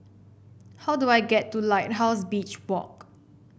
how do I get to Lighthouse Beach Walk